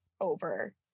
over